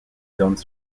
donnent